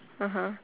(uh huh)